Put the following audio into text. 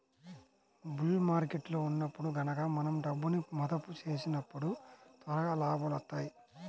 bull మార్కెట్టులో ఉన్నప్పుడు గనక మనం డబ్బును మదుపు చేసినప్పుడు త్వరగా లాభాలొత్తాయి